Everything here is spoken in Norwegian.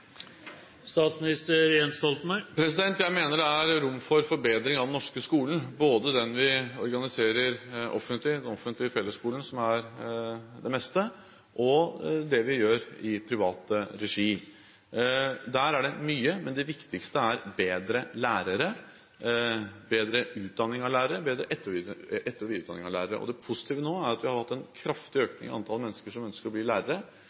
Jeg mener det er rom for forbedringer av den norske skolen, både det vi gjør i den offentlige fellesskolen, som er størst, og det vi gjør i privat regi – det er mye. Men det viktigste er bedre lærere, bedre utdanning av lærere og bedre etter- og videreutdanning av lærere. Det positive nå er at vi har hatt en kraftig økning i antall mennesker som ønsker å bli lærere.